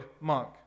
monk